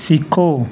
सिक्खो